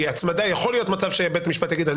יכול להיות מצב שבית משפט יגיד שהוא